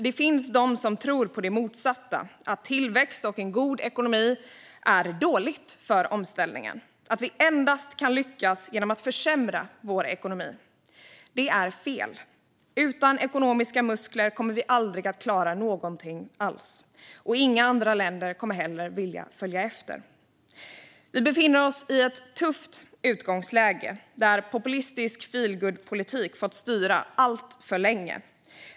Det finns dock de som tror det motsatta - att tillväxt och en god ekonomi är dåligt för omställningen och att vi endast kan lyckas genom att försämra vår ekonomi. Det är fel. Utan ekonomiska muskler kommer vi aldrig att klara någonting alls, och inga andra länder kommer att vilja följa efter. Vi befinner oss i ett tufft utgångsläge där populistisk feelgood-politik fått styra alltför länge.